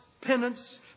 penance